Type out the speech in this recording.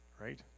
right